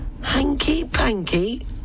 hanky-panky